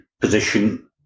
position